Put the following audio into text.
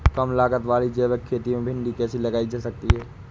कम लागत वाली जैविक खेती में भिंडी कैसे लगाई जा सकती है?